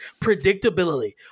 predictability